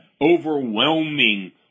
overwhelming